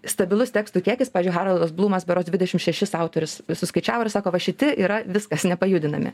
stabilus tekstų kiekis pavyzdžiui haroldas blumas berods dvidešim šešis autorius suskaičiavo ir sako va šiti yra viskas nepajudinami